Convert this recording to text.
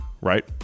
right